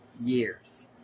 years